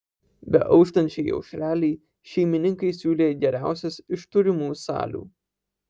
beauštančiai aušrelei šeimininkai siūlė geriausias iš turimų salių